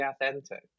authentic